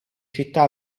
città